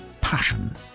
passion